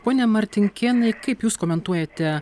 pone martinkėnai kaip jūs komentuojate